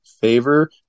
favor